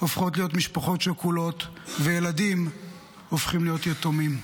הופכות להיות משפחות שכולות וילדים הופכים להיות יתומים.